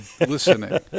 listening